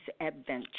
adventure